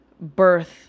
birth